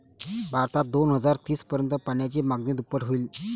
भारतात दोन हजार तीस पर्यंत पाण्याची मागणी दुप्पट होईल